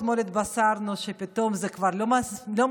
אתמול התבשרנו שפתאום זה כבר לא מספיק,